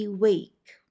wake